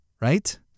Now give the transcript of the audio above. right